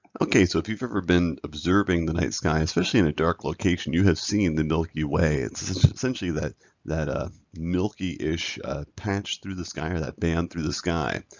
okay, so if you've ever been observing the night sky, especially in a dark location, you have seen the milky way. it's essentially that that ah milky-ish patch through the sky or that band through the sky